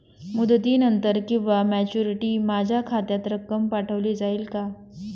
मुदतीनंतर किंवा मॅच्युरिटी माझ्या खात्यात रक्कम पाठवली जाईल का?